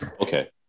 Okay